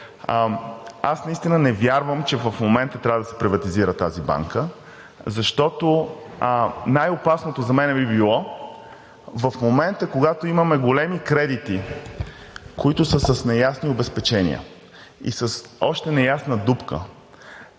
Аз наистина не вярвам, че в момента трябва да се приватизира тази банка, защото най-опасното за мен би било в момента, когато имаме големи кредити, които са с неясни обезпечения, с още неясна дупка,